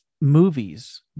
movies